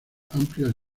amplias